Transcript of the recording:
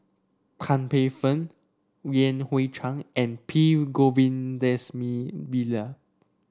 Tan Paey Fern Yan Hui Chang and P Govindasamy Pillai